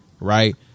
Right